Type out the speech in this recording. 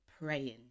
praying